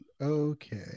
Okay